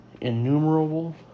innumerable